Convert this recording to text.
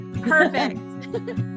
perfect